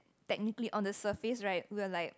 technically on the surface [right] we're like